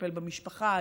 לטפל במשפחה,